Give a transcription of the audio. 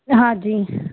हा जी